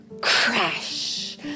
Crash